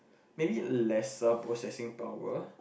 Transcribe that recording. maybe lesser processing power